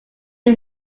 ihn